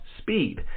speed